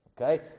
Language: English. Okay